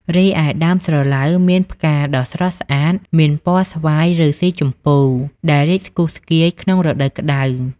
រីឯ ដើមស្រឡៅមានផ្កាដ៏ស្រស់ស្អាតមានពណ៌ស្វាយ ឬស៊ីជម្ពូ ដែលរីកស្គុះស្គាយក្នុងរដូវក្ដៅ។